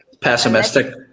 Pessimistic